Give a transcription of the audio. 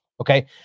Okay